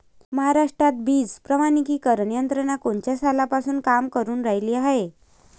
महाराष्ट्रात बीज प्रमानीकरण यंत्रना कोनच्या सालापासून काम करुन रायली हाये?